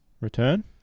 return